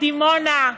דימונה.